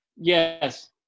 Yes